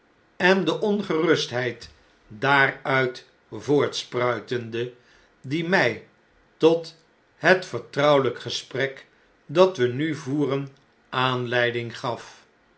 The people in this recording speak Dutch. en de ongerustheid daaruit voortspruitende die mij tot het vertrouweljjk gesprek dat we nu voeren aanleiding gaf